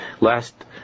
last